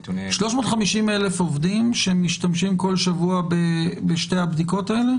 350,000 עובדים שמשתמשים כל שבוע בשתי הבדיקות האלה?